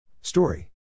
Story